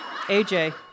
AJ